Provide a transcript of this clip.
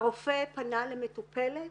הרופא פנה למטופלת